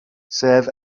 sef